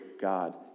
God